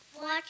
watch